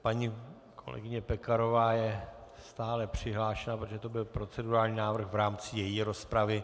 Paní kolegyně Pekarová je stále přihlášena, protože to byl procedurální návrh v rámci její rozpravy.